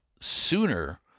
sooner